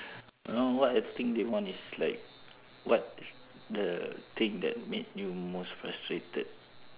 no what I think they want is like what the thing that made you most frustrated